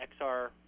XR